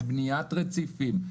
בבניית רציפים,